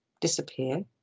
disappear